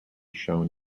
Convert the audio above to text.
shown